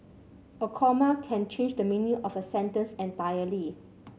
a comma can change the meaning of a sentence entirely